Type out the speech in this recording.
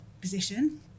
position